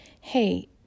hey